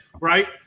right